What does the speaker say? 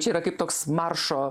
yra kaip toks maršo